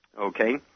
okay